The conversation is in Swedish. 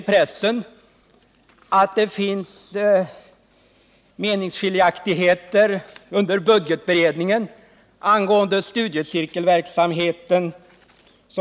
I pressen kan man läsa om meningskiljaktigheter under budgetberedningen angående studiecirkelverksamheten.